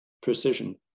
precision